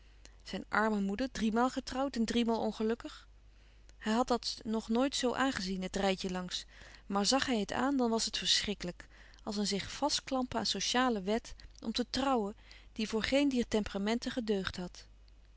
zijn arme moeder driemaal getrouwd en driemaal ongelukkig hij had dat nog nooit zoo aangezien het rijtje langs maar zàg hij het aan dan was het verschrikkelijk als een zich vastklampen aan sociale wet om te louis couperus van oude menschen de dingen die voorbij gaan trouwen die voor geen dier temperamenten gedeugd had